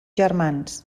germans